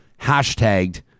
hashtagged